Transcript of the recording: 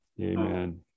Amen